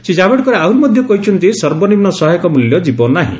ଶ୍ରୀକାଭେଦକର ଆହୁରି ମଧ୍ୟ କହିଛନ୍ତି ସର୍ବନିମ୍ନ ସହାୟକ ମୂଲ୍ୟ ଯିବ ନାହିଁ